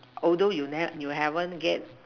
although you never you haven't get